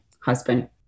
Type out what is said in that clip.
husband